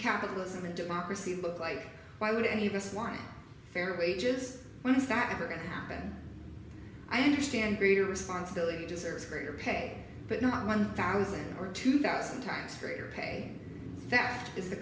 capitalism and democracy look like why would any of us want fair wages when exactly going to happen i understand greed or responsibility deserves greater pay but not one thousand or two thousand times greater pay that is the